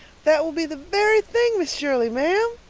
that will be the very thing, miss shirley, ma'am,